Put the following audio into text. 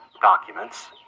documents